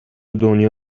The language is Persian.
دنیا